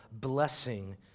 blessing